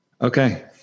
okay